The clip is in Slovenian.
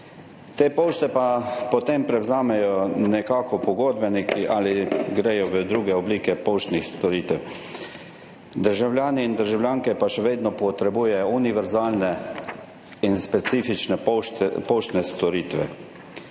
Te pošte potem prevzamejo pogodbeniki ali gredo v druge oblike poštnih storitev, državljani in državljanke pa še vedno potrebujejo univerzalne in specifične poštne storitve.